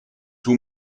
two